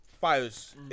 fires